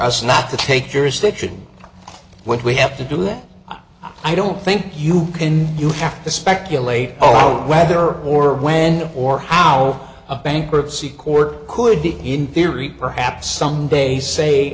us not to take jurisdiction when we have to do that i don't think you can you have to speculate on whether or when or how a bankruptcy court could be in theory perhaps someday say